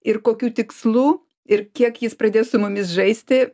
ir kokiu tikslu ir kiek jis pradės su mumis žaisti